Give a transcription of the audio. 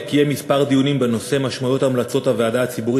2. שר הביטחון קיים כמה דיונים בנושא משמעות המלצות הוועדה הציבורית